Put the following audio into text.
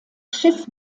schiff